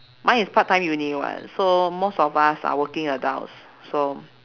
mine is part time uni [what] so most of us are working adults so